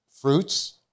fruits